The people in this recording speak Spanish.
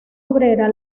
obrera